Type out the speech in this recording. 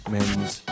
Men's